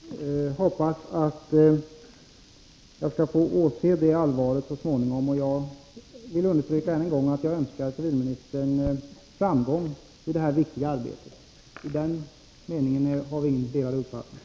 Herr talman! Jag hoppas att jag så småningom skall få åse det allvaret. Jag vill än en gång understryka att jag önskar civilministern framgång i det här viktiga arbetet. På den punkten har vi inga delade uppfattningar.